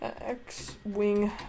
X-wing